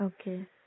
okay